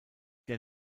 der